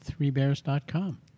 ThreeBears.com